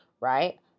Right